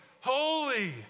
holy